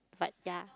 but ya